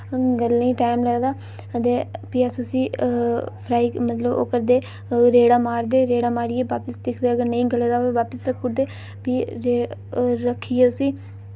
गलने ई टैम लगदा ते फ्ही अस उसी फ्राई मतलब ओह् करदे रेड़ा मारदे रेड़ा मारियै बापिस दिखदे अगर नेईं गले दा होऐ फिर बापिस रखुड़दे फ्ही रे रक्खियै उसी